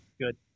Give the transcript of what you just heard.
Good